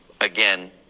again